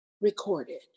recorded